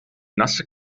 nasse